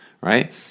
right